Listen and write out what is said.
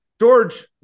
George